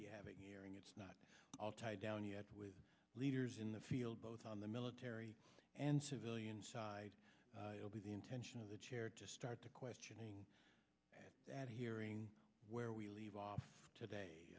having hearing it's not all tied down yet with leaders in the field both on the military and civilian side with the intention of the chair to start the questioning at a hearing where we leave off today